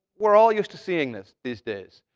we're all used to seeing this these days.